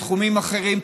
בתחומים אחרים,